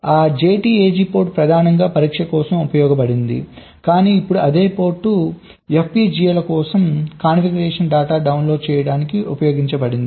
ఆ JTAG port ప్రధానంగా పరీక్ష కోసం ఉపయోగించబడింది కానీ ఇప్పుడు అదే పోర్టు FPGA ల కోసం కాన్ఫిగరేషన్ డేటాను డౌన్లోడ్ చేయడానికి ఉపయోగించబడింది